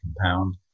compound